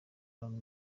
n’aba